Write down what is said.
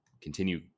continue